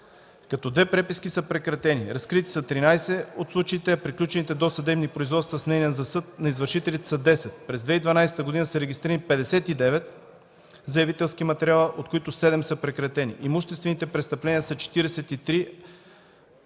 Две преписки са прекратени. Разкрити са 13 от случаите, а приключилите досъдебни производства с мнение за съд на извършителите са 10. През 2012 г. са регистрирани 59 заявителски материала, от които 7 са прекратени. Имуществените престъпления са 43,